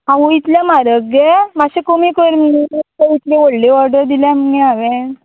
आवय इतलें म्हारग गे मातशें कमी करतली व्होडली ऑर्डर दिल्या मुगे हांवेन